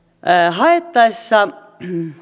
haettaessa